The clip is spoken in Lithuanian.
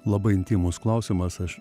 labai intymus klausimas aš